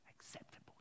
acceptable